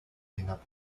hinab